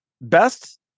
Best